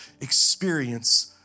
experience